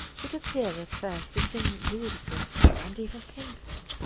would appear at first a thing ludicrous and even painful.